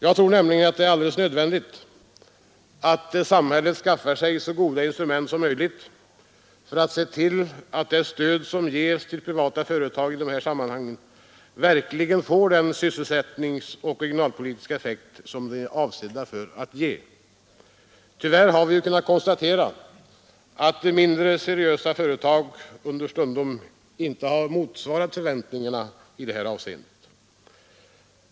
Jag tror nämligen att det är alldeles nödvändigt att samhället skaffar sig så goda instrument som möjligt för att se till att det stöd som ges till privata företag i dessa sammanhang verkligen får den sysselsättningsoch regionalpolitiska effekt som är avsedd. Tyvärr har vi kunnat konstatera att mindre seriösa företag understundom inte har motsvarat förväntningarna i det avseendet.